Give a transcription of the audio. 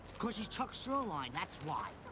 cause he's chuck sirloin, that's why.